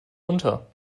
unter